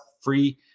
free